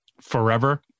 forever